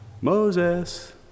Moses